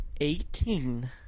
Eighteen